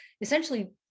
essentially